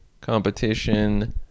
competition